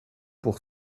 pour